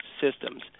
systems